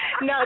No